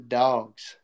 dogs